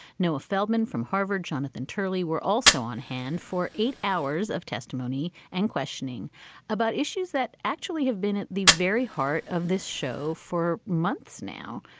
noah feldman from harvard, jonathan turley, we're also on hand for eight hours of testimony and questioning about issues that actually have been at the very heart of this show for months now.